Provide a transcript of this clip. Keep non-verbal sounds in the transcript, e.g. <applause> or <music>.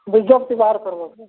<unintelligible> ବାହାର କରବ